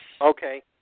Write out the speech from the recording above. Okay